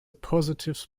positive